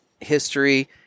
history